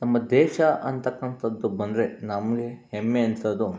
ನಮ್ಮ ದೇಶ ಅಂತಕ್ಕಂಥದ್ದು ಬಂದರೆ ನಮಗೆ ಹೆಮ್ಮೆ ಅನ್ನಿಸೋದು